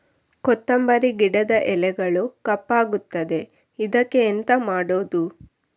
ಕೊತ್ತಂಬರಿ ಗಿಡದ ಎಲೆಗಳು ಕಪ್ಪಗುತ್ತದೆ, ಇದಕ್ಕೆ ಎಂತ ಮಾಡೋದು?